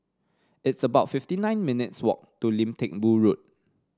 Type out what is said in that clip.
it's about fifty nine minutes' walk to Lim Teck Boo Road